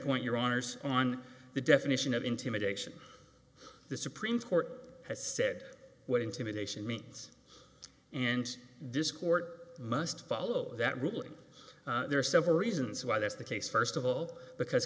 point your honour's on the definition of intimidation the supreme court has said what intimidation means and this court must follow that ruling there are several reasons why that's the case first of all because